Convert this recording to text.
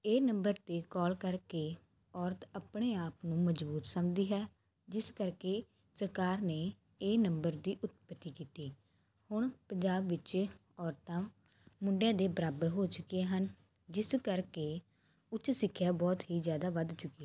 ਇਹ ਨੰਬਰ 'ਤੇ ਕਾਲ ਕਰਕੇ ਔਰਤ ਆਪਣੇ ਆਪ ਨੂੰ ਮਜ਼ਬੂਤ ਸਮਝਦੀ ਹੈ ਜਿਸ ਕਰਕੇ ਸਰਕਾਰ ਨੇ ਇਹ ਨੰਬਰ ਦੀ ਉਤਪਤੀ ਕੀਤੀ ਹੁਣ ਪੰਜਾਬ ਵਿੱਚ ਔਰਤਾਂ ਮੁੰਡਿਆਂ ਦੇ ਬਰਾਬਰ ਹੋ ਚੁੱਕੀਆਂ ਹਨ ਜਿਸ ਕਰਕੇ ਉੱਚ ਸਿੱਖਿਆ ਬਹੁਤ ਹੀ ਜ਼ਿਆਦਾ ਵੱਧ ਚੁੱਕੀ